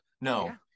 No